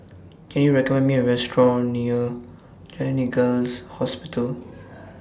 Can YOU recommend Me A Restaurant near Gleneagles Hospital